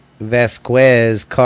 Vasquez